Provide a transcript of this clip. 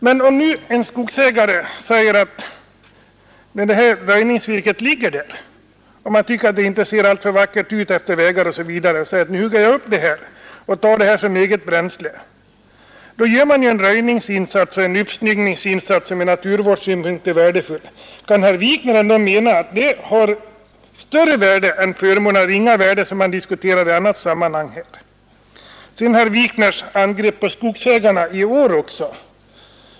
Men vi kan ju tänka oss att en skogsägare, som har sådant här röjningsvirke liggande utefter vägen, tycker att det inte ser alltför vackert ut och säger: ”Nu hugger jag upp det här och tar det som eget bränsle.” Då gör han ju en röjningsinsats och en uppsnyggningsinsats som ur naturvårdssynpunkt är värdefull. Kan herr Wikner mena att detta bränsle har större värde än de förmåner av ringa värde som man diskuterar i annat sammanhang? Herr Wikner gör också i år angrepp på skogsägarna.